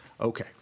Okay